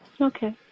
Okay